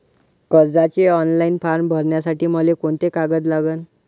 कर्जाचे online form भरासाठी मले कोंते कागद लागन?